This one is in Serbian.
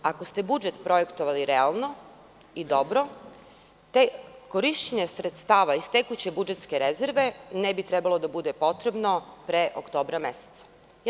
Ako ste budžet projektovali realno i dobro te korišćenje sredstava iz tekuće budžetske rezerve ne bi trebalo da bude potrebno pre oktobra meseca.